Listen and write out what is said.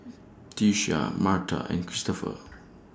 Tisha Marta and Christoper